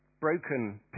broken